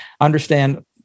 understand